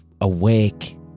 awake